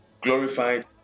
glorified